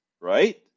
right